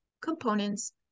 components